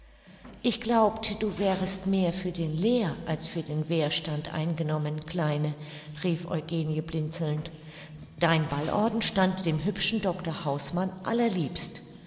ich glaubte du wärest mehr für den lehr als für den wehrstand eingenommen kleine rief eugenie blinzelnd dein ballorden stand dem hübschen dr hausmann allerliebst